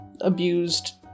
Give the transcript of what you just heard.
abused